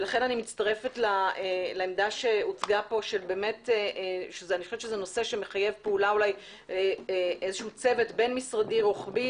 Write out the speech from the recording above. לכן אני מצטרפת לעמדה שהוצגה פה שזה נושא שמחייב צוות בין-משרדי רוחבי.